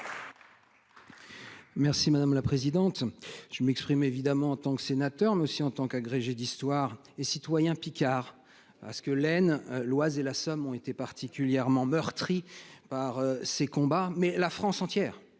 Merci madame la présidente. Je m'exprime évidemment en tant que sénateur mais aussi en tant qu'agrégé d'histoire et citoyens Picard à ce que l'Aisne, l'Oise et la Somme ont été particulièrement meurtrie par ces combats mais la France entière